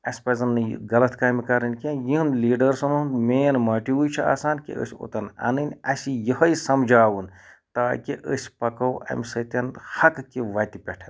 اَسہِ پَزَن نہٕ یہِ غَلَط کامہِ کَرٕنۍ کینٛہہ یِم لیٖڈٲرسَن ہُنٛد مین موٹِوٕے چھُ آسان کہِ أسۍ اوٚتَن اَنٕنۍ اَسہِ یِہے سَمجاوُن تاکہِ أسۍ پٔکِو امہِ سۭتۍ حَقہِ کہِ وَتہِ پیٹھ